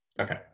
Okay